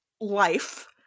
life